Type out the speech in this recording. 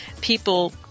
people